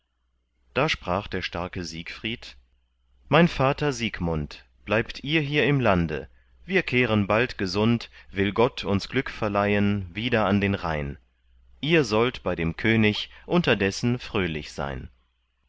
da sprach der starke siegfried mein vater siegmund bleibt ihr hier im lande wir kehren bald gesund will gott uns glück verleihen wieder an den rhein ihr sollt bei dem könig unterdessen fröhlich sein